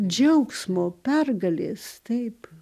džiaugsmo pergalės taip